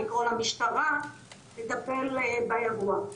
לקרוא למשטרה שתטפל באירוע.